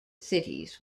cities